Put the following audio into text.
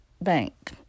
bank